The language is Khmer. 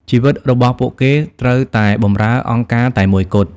ជីវិតរបស់ពួកគេត្រូវតែបម្រើអង្គការតែមួយគត់។